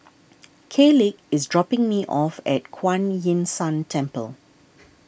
Kaleigh is dropping me off at Kuan Yin San Temple